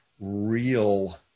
real